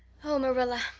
oh, marilla,